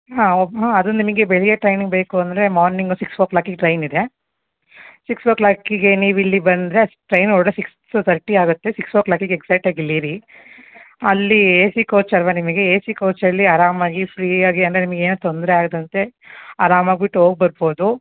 ಹಾಂ ಒಬ್ಬ ಹಾಂ ಅದು ನಿಮಗೆ ಬೆಳಿಗ್ಗೆ ಟೈಮಿಗೆ ಬೇಕು ಅಂದರೆ ಮಾರ್ನಿಂಗು ಸಿಕ್ಸ್ ಓ ಕ್ಲಾಕಿಗೆ ಟ್ರೈನ್ ಇದೆ ಸಿಕ್ಸ್ ಓ ಕ್ಲಾಕ್ಕಿಗೆ ನೀವು ಇಲ್ಲಿ ಬಂದರೆ ಟ್ರೈನ್ ಹೊರ್ಡೋದು ಸಿಕ್ಸ್ ತರ್ಟಿ ಆಗುತ್ತೆ ಸಿಕ್ಸ್ ಓ ಕ್ಲಾಕಿಗೆ ಎಕ್ಸಾಕ್ಟ್ ಆಗಿ ಇಲ್ಲಿ ಇರಿ ಅಲ್ಲಿ ಎ ಸಿ ಕೋಚ್ ಅಲ್ವಾ ನಿಮಗೆ ಎ ಸಿ ಕೋಚಲ್ಲಿ ಆರಾಮಾಗಿ ಫ್ರೀ ಆಗಿ ಅಂದರೆ ನಿಮ್ಗೆ ಏನು ತೊಂದರೆ ಆಗದಂತೆ ಆರಾಮಾಗ್ಬಿಟ್ಟು ಹೋಗಿ ಬರ್ಬೋದು